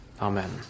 Amen